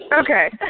Okay